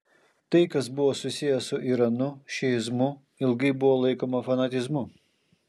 tai kas buvo susiję su iranu šiizmu ilgai buvo laikoma fanatizmu